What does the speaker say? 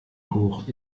hoch